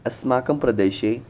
अस्माकं प्रदेशे